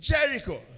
Jericho